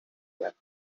wept